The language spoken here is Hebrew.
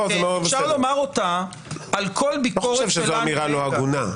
אני לא חושב שזו אמירה לא הגונה.